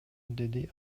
деди